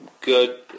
good